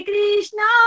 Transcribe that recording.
Krishna